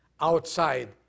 outside